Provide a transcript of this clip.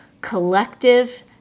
collective